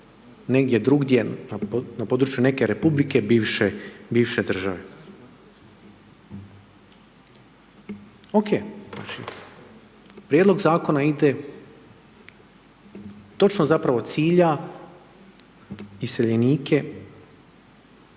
negdje drugdje, na područje neke republike bivše države. Ok. Prijedlog zakona ide točno zapravo cilja iseljenike